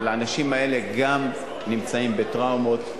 אבל גם האנשים האלה נמצאים בטראומות.